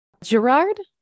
Gerard